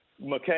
McKay